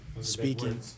speaking